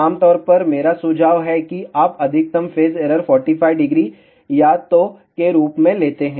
आमतौर पर मेरा सुझाव है कि आप अधिकतम फेज एरर 450 या तो के रूप में लेते हैं